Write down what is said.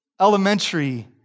elementary